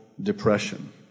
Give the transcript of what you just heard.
depression